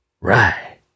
Right